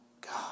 God